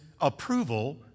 approval